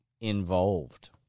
involved